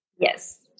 Yes